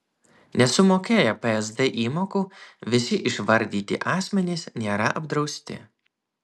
nesumokėję psd įmokų visi išvardyti asmenys nėra apdrausti